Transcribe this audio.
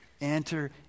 Enter